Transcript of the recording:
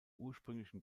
ursprünglichen